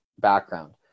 background